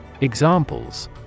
Examples